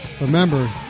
Remember